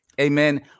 amen